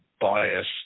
bias